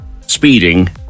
speeding